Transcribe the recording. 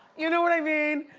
you know what i mean,